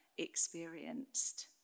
experienced